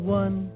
one